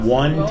one